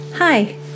Hi